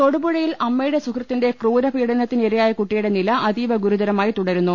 തൊടുപുഴയിൽ അമ്മയുടെ സുഹൃത്തിന്റെ ക്രൂര പീഡനത്തിന് ഇരയായ കുട്ടിയുടെ നില അതീവ് ഗുരുതരമായി തുടരുന്നു